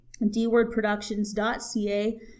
dwordproductions.ca